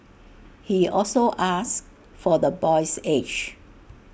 he also asked for the boy's age